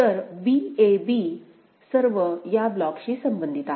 तर b a b सर्व या ब्लॉकशी संबंधित आहेत